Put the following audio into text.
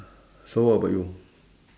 so what about you